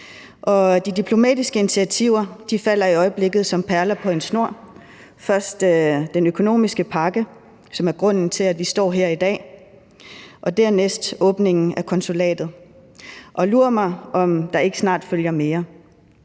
de diplomatiske initiativer falder i øjeblikket som perler på en snor: Først den økonomiske pakke, som er grunden til, at vi står her i dag, og dernæst åbningen af konsulatet. Og lur mig, om der ikke snart følger mere.